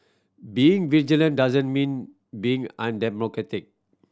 being vigilant doesn't mean being undemocratic